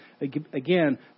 Again